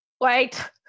Wait